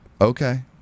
Okay